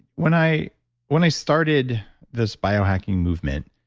when i when i started this biohacking movement,